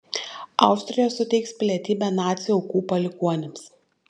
austrija suteiks pilietybę nacių aukų palikuonims